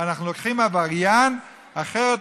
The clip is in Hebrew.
הוא